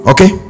Okay